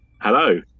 Hello